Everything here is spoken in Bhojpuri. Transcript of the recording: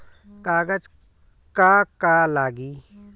कागज का का लागी?